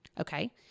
Okay